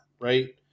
right